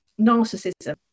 narcissism